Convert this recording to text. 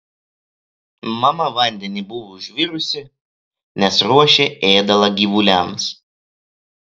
mama vandenį buvo užvirusi nes ruošė ėdalą gyvuliams